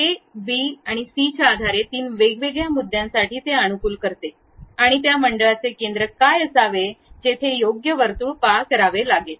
ए B C च्या आधारे तीन वेगवेगळ्या मुद्यांसाठी ते अनुकूल करते आणि त्या मंडळाचे केंद्र काय असावे जेथे योग्य वर्तुळ पार करावे लागते